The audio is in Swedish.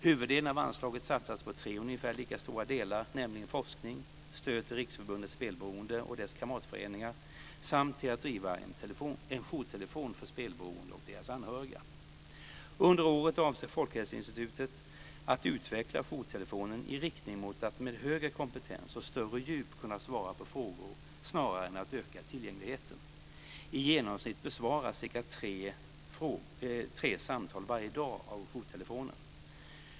Huvuddelen av anslaget satsas på tre ungefär lika stora delar, nämligen forskning, stöd till Riksförbundet Spelberoende och dess kamratföreningar samt till att driva en jourtelefon för spelberoende och deras anhöriga. Under året avser Folkhälsoinstitutet att utveckla jourtelefonen i riktning mot att med högre kompetens och större djup kunna svara på frågor snarare än att öka tillgängligheten. I genomsnitt besvaras cirka tre samtal varje dag av jourtelefonen.